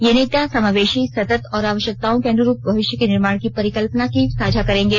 ये नेता समावेशी सतत और आवश्यकताओं के अनुरूप भविष्य के निर्माण की परिकल्पना भी साझा करेंगे